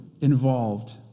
involved